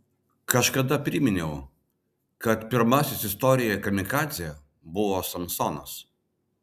kažkada priminiau kad pirmasis istorijoje kamikadzė buvo samsonas